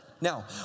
Now